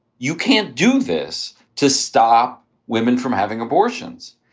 you can't do this to stop women from having abortions.